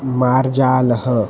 मार्जालः